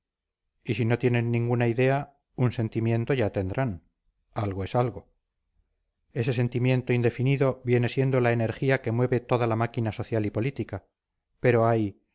y si no tienen ninguna idea un sentimiento ya tendrán algo es algo ese sentimiento indefinido viene siendo la energía que mueve toda la máquina social y política pero ay